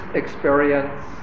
experience